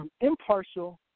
impartial